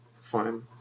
fine